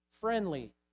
friendly